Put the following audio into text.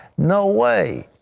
no way!